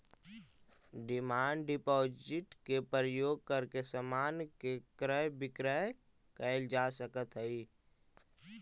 demand deposit के प्रयोग करके समान के क्रय विक्रय कैल जा सकऽ हई